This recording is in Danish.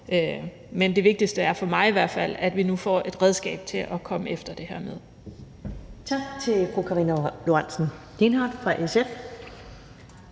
Men det vigtigste for mig er i hvert fald, at vi nu får et redskab til at komme efter det her med.